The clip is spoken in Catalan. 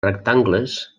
rectangles